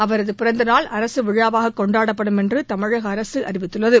அவரது பிறந்த நாள் அரசு விழாவாக கொண்டாடப்படும் என்று தமிழக அரசு அறிவித்துள்ளது